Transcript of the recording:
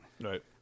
Right